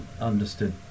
understood